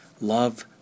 Love